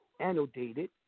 annotated